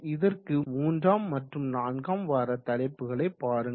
இதற்கு 3 ம் மற்றும் 4 ம் வார தலைப்புகளை பாருங்கள்